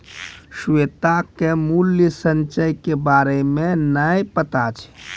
श्वेता के मूल्य संचय के बारे मे नै पता छै